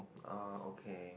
uh okay